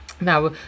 Now